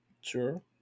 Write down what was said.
sure